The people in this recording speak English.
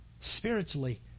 spiritually